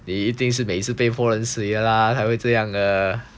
你一定是被泼冷水的啦才会这样的